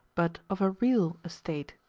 but of a real, estate.